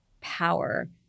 power